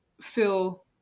feel